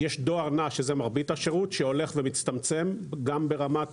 יש דואר נע שהוא מרבית השירות שהולך ומצטמצם גם ברמת